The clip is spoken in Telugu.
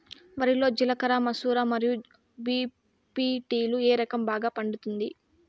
వరి లో జిలకర మసూర మరియు బీ.పీ.టీ లు ఏ రకం బాగా పండుతుంది